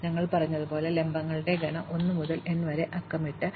ഞങ്ങൾ പറഞ്ഞതുപോലെ ലംബങ്ങളുടെ ഗണം 1 മുതൽ n വരെ അക്കമിട്ടു